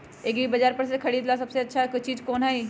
एग्रिबाजार पर से खरीदे ला सबसे अच्छा चीज कोन हई?